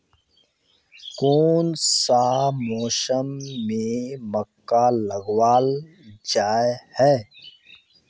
कोन सा मौसम में मक्का लगावल जाय है?